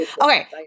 Okay